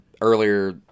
earlier